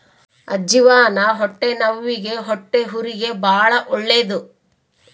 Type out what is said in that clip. ಅಜ್ಜಿವಾನ ಹೊಟ್ಟೆನವ್ವಿಗೆ ಹೊಟ್ಟೆಹುರಿಗೆ ಬಾಳ ಒಳ್ಳೆದು